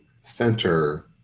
center